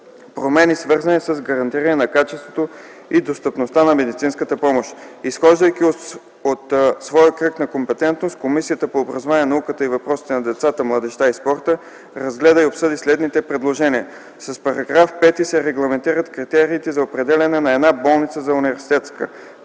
Промени, свързани с гарантиране на качеството и достъпността на медицинската помощ. Изхождайки от своя кръг на компетентност, Комисията по образованието, науката и въпросите на децата, младежта и спорта, разгледа и обсъди следните предложения: С § 5 се регламентират критериите за определяне на една болница за университетска.